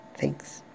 Thanks